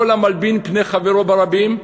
כל המלבין פני חברו ברבים,